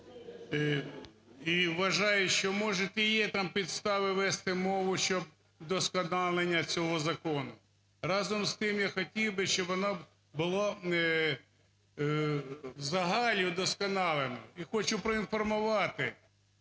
І вважаю, що може і є там підстави вести мову, щоб… вдосконалення цього закону. Разом з тим, я хотів би, щоб воно було взагалі удосконалено. І хочу проінформувати,